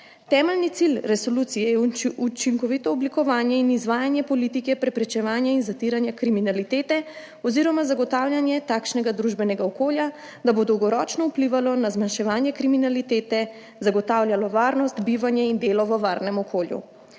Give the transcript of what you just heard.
Temeljni cilj resolucije je učinkovito oblikovanje in izvajanje politike preprečevanja in zatiranja kriminalitete oziroma zagotavljanje takšnega družbenega okolja, da bo dolgoročno vplivalo na zmanjševanje kriminalitete, zagotavljalo varnost, bivanje in delo v varnem okolju.